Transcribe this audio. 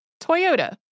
Toyota